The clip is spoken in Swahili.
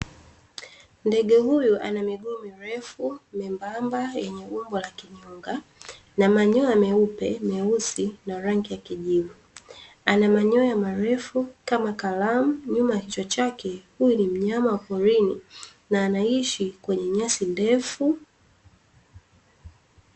Ndege huyu ana miguu mirefu, membamba yenye umbo la kinyonga, na manyoya meupe, meusi na rangi ya kijivu. Ana manyoya marefu, kama kalamu nyuma ya kichwa chake, huyu ni mnyama wa porini, na anaishi kwenye nyasi ndefu.